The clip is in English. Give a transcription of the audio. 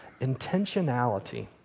intentionality